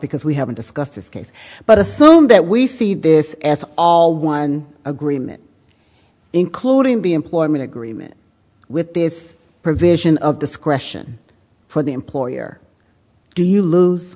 because we haven't discussed this case but assume that we see this as all one agreement including the employment agreement with this provision of discretion for the employer do you lose